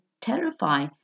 terrify